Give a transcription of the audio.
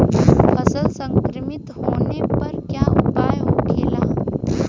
फसल संक्रमित होने पर क्या उपाय होखेला?